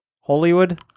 Hollywood